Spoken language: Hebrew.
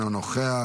אינו נוכח,